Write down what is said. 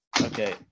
okay